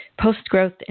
Post-Growth